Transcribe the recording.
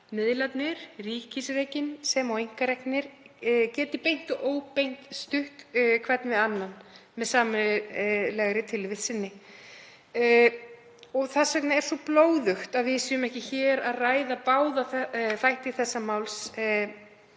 miðlarnir, ríkisreknir sem og einkareknir, geti beint og óbeint stutt hver við annan með sameiginlegri tilvist sinni. Þess vegna er svo blóðugt að við séum ekki hér að ræða báða þætti þessa máls